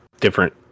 different